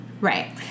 Right